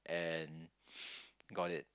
and got it